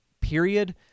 period